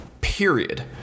period